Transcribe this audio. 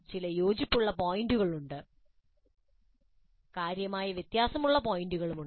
ചില യോജിപ്പുള്ള പോയിന്റുകളുണ്ട് കാര്യമായ വ്യത്യാസമുള്ള പോയിന്റുകളുമുണ്ട്